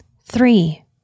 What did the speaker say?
Three